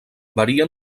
varia